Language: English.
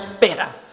better